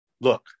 look